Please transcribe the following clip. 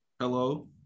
Hello